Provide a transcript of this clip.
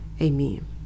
Amen